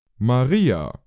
Maria